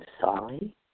sorry